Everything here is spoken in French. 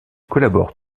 collabore